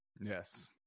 Yes